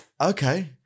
okay